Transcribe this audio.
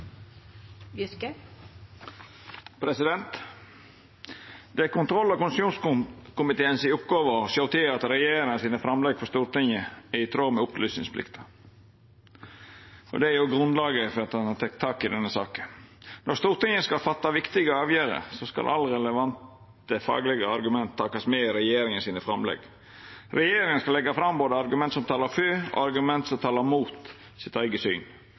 kontroll- og konstitusjonskomiteen si oppgåve å sjå til at regjeringa sine framlegg for Stortinget er i tråd med opplysningsplikta, og det er grunnlaget for at ein har teke tak i denne saka. Når Stortinget skal ta viktige avgjerder, skal alle relevante faglege argument verta tekne med i regjeringa sine framlegg. Regjeringa skal leggja fram både argument som talar for og argument som talar mot eige syn.